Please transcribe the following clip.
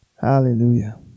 Hallelujah